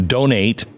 Donate